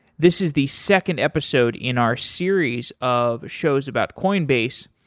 this is the second episode in our series of shows about coinbase.